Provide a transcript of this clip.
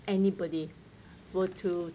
anybody go to